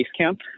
Basecamp